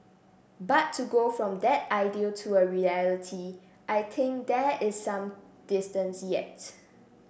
but to go from that ideal to a reality I think there is some distance yet